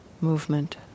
movement